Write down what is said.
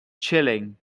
chilling